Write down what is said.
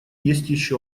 еще